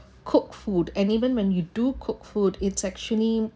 cook food and even when you do cook food it's actually